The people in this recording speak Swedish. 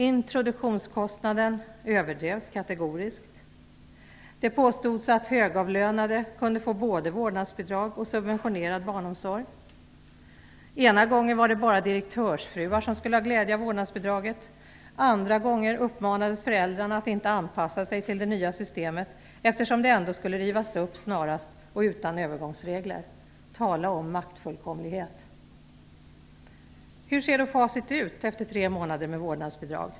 Introduktionskostnaden överdrevs kategoriskt. Det påstods att högavlönade kunde få både vårdnadsbidrag och subventionerad barnomsorg. Ena gången var det bara direktörsfruar som skulle ha glädje av vårdnadsbidraget, och andra gången uppmanades föräldrarna att inte anpassa sig till det nya systemet, eftersom det ändå skulle rivas upp snarast, utan övergångsregler. Tala om maktfullkomlighet! Hur ser då facit ut efter tre månader med vårdnadsbidrag?